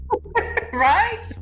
right